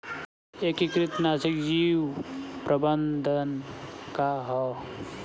एकीकृत नाशी जीव प्रबंधन का ह?